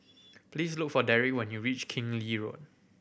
please look for Derrick when you reach Keng Lee Road